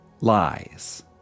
lies